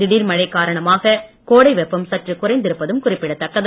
திடீர் மழை காரணமாக கோடை வெப்பம் சற்று குறைந்திருப்பதும் குறிப்பிடத்தக்கது